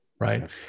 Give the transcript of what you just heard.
Right